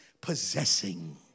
possessing